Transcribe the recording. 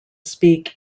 speak